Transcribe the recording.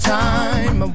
time